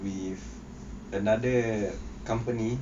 with another company